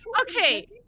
Okay